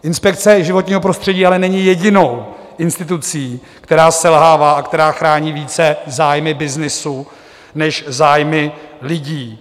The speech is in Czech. Inspekce životního prostředí ale není jedinou institucí, která selhává a která chrání více zájmy byznysu než zájmy lidí.